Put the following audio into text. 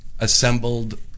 Assembled